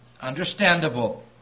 Understandable